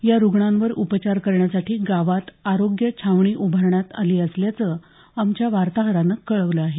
या रुग्णांवर उपचार करण्यासाठी गावात आरोग्य छावणी उभारण्यात आली असल्याचं आमच्या वार्ताहरानं कळवलं आहे